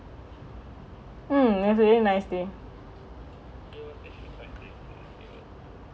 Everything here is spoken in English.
mm it was really nice day